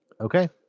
Okay